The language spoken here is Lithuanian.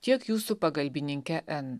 tiek jūsų pagalbininke n